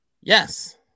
Yes